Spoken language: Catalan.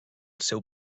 seu